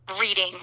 reading